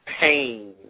pain